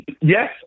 Yes